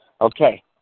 Okay